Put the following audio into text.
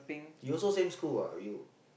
he also same school what with you